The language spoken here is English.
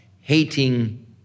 hating